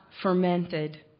fermented